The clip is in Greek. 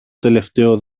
τελευταίο